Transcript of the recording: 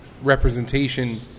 representation